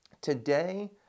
today